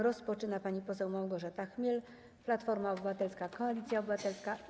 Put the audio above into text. Rozpoczyna pani poseł Małgorzata Chmiel, Platforma Obywatelska - Koalicja Obywatelska.